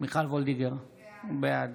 מיכל מרים וולדיגר, בעד